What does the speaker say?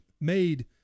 made